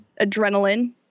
adrenaline